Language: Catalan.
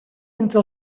entre